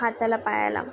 हत्तला पायला